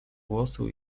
głosu